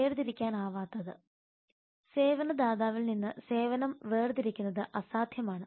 വേർതിരിക്കാനാവാത്തത് സേവന ദാതാവിൽ നിന്ന് സേവനം വേർതിരിക്കുന്നത് അസാധ്യമാണ്